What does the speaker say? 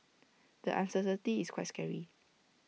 the uncertainty is quite scary